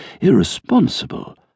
irresponsible